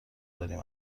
داریم